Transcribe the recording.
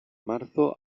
marzo